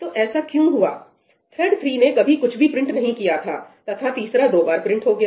तो ऐसा क्यों हुआ थ्रेड् 3 ने कभी कुछ भी प्रिंट नहीं किया तथा तीसरा दो बार प्रिंट हो गया